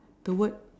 the word